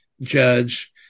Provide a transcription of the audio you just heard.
judge